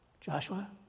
Joshua